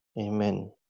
Amen